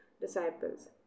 disciples